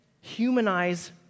humanize